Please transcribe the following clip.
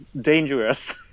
dangerous